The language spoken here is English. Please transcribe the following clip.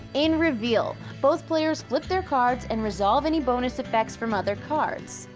in reveal, both players flip their cards and resolve any bonus effects from other cards.